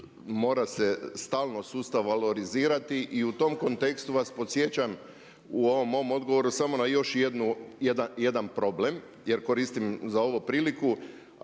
mora se, stalno sustav valorizirati. I tom kontekstu vas podsjećam u ovom mom odgovoru samo na još jedan problem jer koristim za ovo priliku